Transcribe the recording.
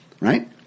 right